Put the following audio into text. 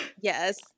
Yes